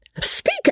Speak